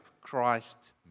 Christ